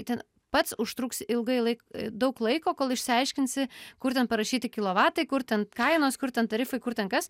ten pats užtruksi ilgai laik daug laiko kol išsiaiškinsi kur ten parašyti kilovatai kur ten kainos kur ten tarifai kur ten kas